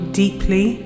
deeply